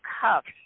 cuffs